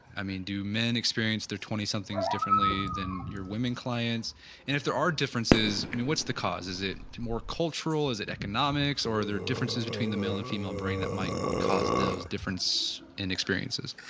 i mean, do men experience their twenty somethings differently than your women clients, and if there are differences, i mean, what's the cause, is it more cultural, is it economics or there are differences between the male and female brain that might cause those difference and experiences?